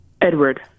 Edward